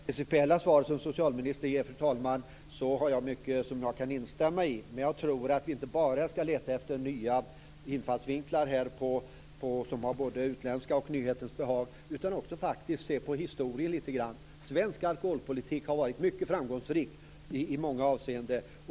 Fru talman! I det principiella svaret som socialministern ger finns det mycket som jag kan instämma i. Men jag tror att vi inte bara skall leta efter nya infallsvinklar som både är utländska och har nyhetens behag, utan också se på historien lite grann. Svensk alkoholpolitik har varit mycket framgångsrik i många avseenden.